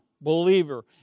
believer